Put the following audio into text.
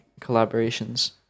collaborations